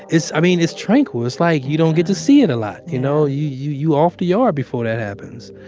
it's i mean, it's tranquil. it's like, you don't get to see it a lot you know, you you off to yard before that happens,